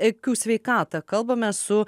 akių sveikatą kalbamės su